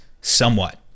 somewhat